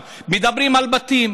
מדברים על בתים